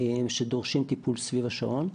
שדורשים טיפול סביב השעון.